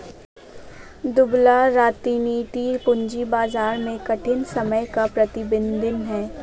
दुबला रणनीति पूंजी बाजार में कठिन समय का प्रतिबिंब है